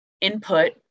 input